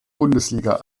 bundesliga